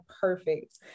perfect